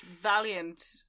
valiant